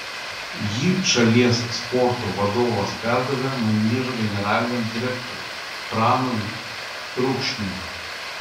jį šalies sporto vadovas perdavė maniežo generaliniam direktoriui pranui trukšniui